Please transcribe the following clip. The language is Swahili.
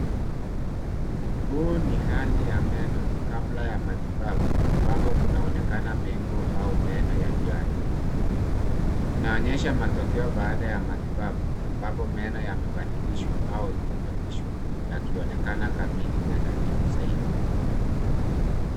Huu ni hali ya meno kabla ya matibabu, ambapo kunaonekana pengo au meno yaliyoharibika. Inaonyesha matokeo baada ya matibabu, ambapo meno yamebadilishwa au kurekebishwa, yakionekana kamili na nadhifu zaidi.